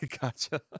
gotcha